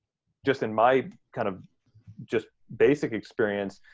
just in my kind of just basic experience,